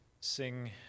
sing